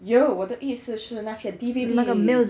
有我的意思是那些 D_V_Ds